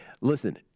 Listen